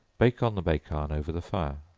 bake on the bake-iron over the fire.